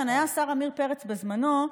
כאן היה השר עמיר פרץ בזמנו,